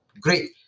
Great